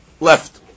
left